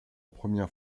première